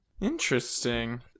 Interesting